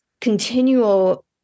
continual